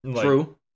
True